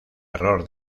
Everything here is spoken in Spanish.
error